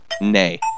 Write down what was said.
Nay